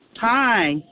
Hi